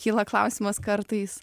kyla klausimas kartais